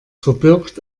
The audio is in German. verbirgt